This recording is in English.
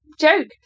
joke